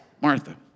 Martha